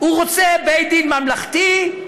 הוא רוצה בית-דין ממלכתי,